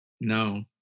No